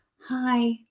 hi